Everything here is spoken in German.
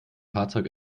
fahrzeug